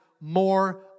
more